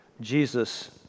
Jesus